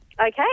Okay